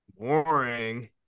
Boring